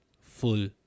Full